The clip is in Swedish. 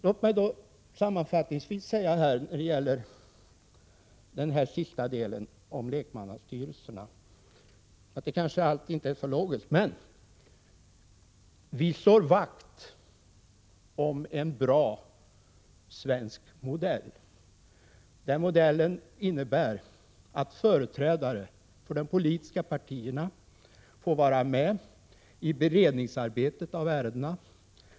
Låt mig sammanfattningsvis säga när det gäller lekmannastyrelserna att allt som där föreslås kanske inte är så logiskt, men vi slår vakt om en bra svensk modell. Den modellen innebär att företrädare för de politiska partierna får vara med i arbetet med beredning av ärendena.